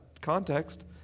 context